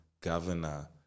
governor